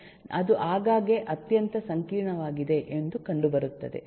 ಅದು ಆಗಾಗ್ಗೆ ಅತ್ಯಂತ ಸಂಕೀರ್ಣವಾಗಿದೆ ಎಂದು ಕಂಡುಬರುತ್ತದೆ